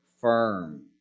firm